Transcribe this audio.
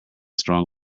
strong